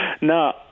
No